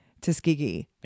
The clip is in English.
Tuskegee